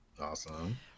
Awesome